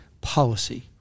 policy